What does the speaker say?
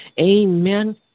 Amen